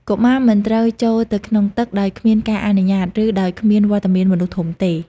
កុមារមិនត្រូវចូលទៅក្នុងទឹក ដោយគ្មានការអនុញ្ញាត ឬដោយគ្មានវត្តមានមនុស្សធំទេ។